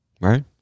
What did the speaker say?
right